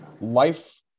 life